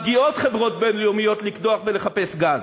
מגיעות חברות בין-לאומיות לקדוח ולחפש גז,